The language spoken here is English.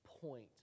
point